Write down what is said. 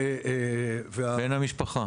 ובן המשפחה.